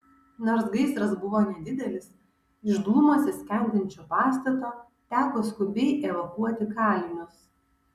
nors gaisras buvo nedidelis iš dūmuose skendinčio pastato teko skubiai evakuoti kalinius